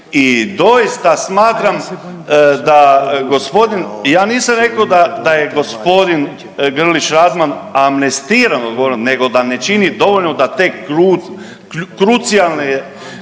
i doista smatram da gospodin, ja nisam rekao da, da je g. Grlić Radman amnestiran odgovorom nego da ne čini dovoljno da te krucijalne